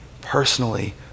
personally